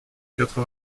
quatre